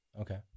Okay